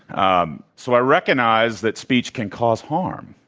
um so i recognize that speech can cause harm,